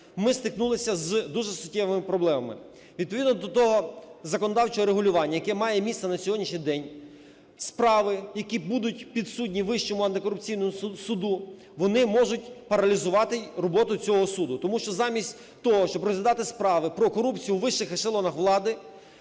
ми стикнулися з дуже суттєвими проблемами. Відповідно до того законодавчого регулювання, яке має місце на сьогоднішній день, справи, які будуть підсудні Вищому антикорупційному суду, вони можуть паралізувати роботу цього суду, тому що замість того, щоб розглядати справи про корупцію у вищих ешелонах влади,